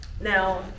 Now